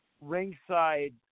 ringside